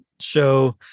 show